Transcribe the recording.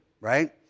right